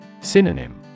Synonym